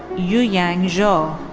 yuyang zhou.